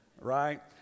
right